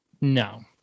No